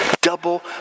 double